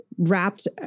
Wrapped